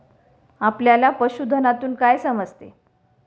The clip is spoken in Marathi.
आपल्याला पशुधनातून काय समजते?